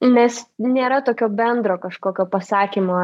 nes nėra tokio bendro kažkokio pasakymo